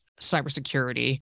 cybersecurity